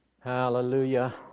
Hallelujah